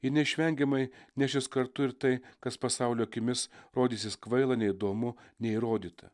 ji neišvengiamai nešis kartu ir tai kas pasaulio akimis rodysis kvaila neįdomu neįrodyta